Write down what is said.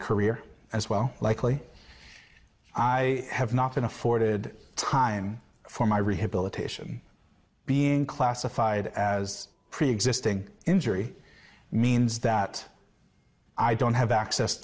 career as well likely i have not been afforded time for my rehabilitation being classified as a preexisting injury means that i don't have access